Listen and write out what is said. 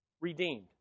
Redeemed